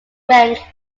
rank